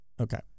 Okay